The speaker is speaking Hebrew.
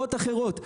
לחברות אחרות.